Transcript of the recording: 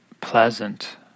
pleasant